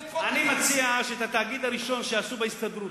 אני מציע שאת התאגיד הראשון שיעשו בהסתדרות.